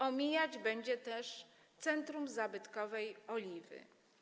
Omijać będzie też centrum zabytkowej Oliwy.